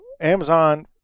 Amazon